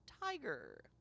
tiger